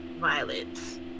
violence